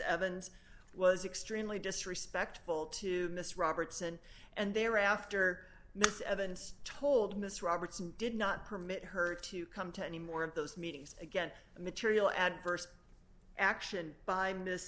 evans was extremely disrespectful to miss robertson and thereafter miss evans told miss roberts and did not permit her to come to any more of those meetings again material adverse action by miss